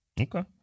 Okay